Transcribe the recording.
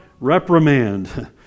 reprimand